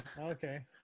okay